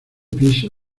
pis